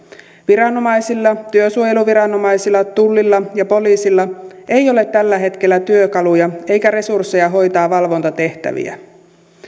viranomaisilla työsuojeluviranomaisilla tullilla ja poliisilla ei ole tällä hetkellä työkaluja eikä resursseja hoitaa valvontatehtäviä